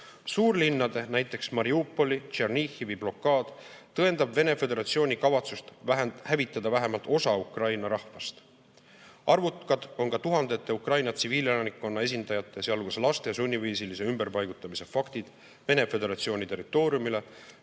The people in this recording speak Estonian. Suurlinnade, näiteks Mariupoli ja Tšernihivi blokaad tõendab Vene Föderatsiooni kavatsust hävitada vähemalt osa Ukraina rahvast. Arvukad on ka tuhandete Ukraina tsiviilelanikkonna esindajate, sealhulgas laste sunniviisilise ümberpaigutamise faktid Vene Föderatsiooni territooriumile